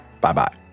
bye-bye